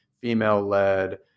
female-led